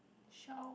Shell